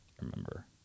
remember